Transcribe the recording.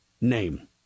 name